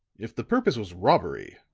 if the purpose was robbery,